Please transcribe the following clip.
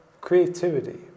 creativity